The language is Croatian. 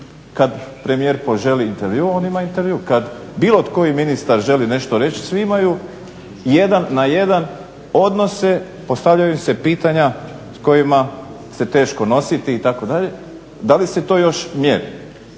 Kad premijer poželi intervju on ima intervju, kad bilo koji ministar želi nešto reći svi imaju jedan na jedan odnose, postavljaju im se pitanja s kojima se teško nositi itd. Da li se to još mjeri?